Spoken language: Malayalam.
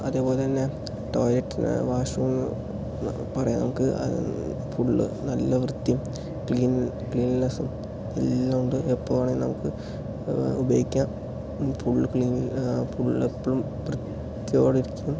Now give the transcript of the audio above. അതേപോലെത്തന്നെ ടോയ്ലെറ്റ് വാഷ് റൂം പറയുക നമുക്ക് അത് ഫുൾ നല്ല വൃത്തിയും ക്ലീൻ ക്ലീൻലിനെസ്സും എല്ലാം ഉണ്ട് എപ്പം വേണമെങ്കിലും നമുക്ക് ഉപയോഗിക്കാം ഫുൾ ക്ലീൻ ഫുൾ എപ്പോഴും വൃത്തിയോടെ ഇരിക്കും